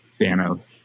Thanos